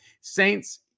Saints